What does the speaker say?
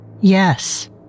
yes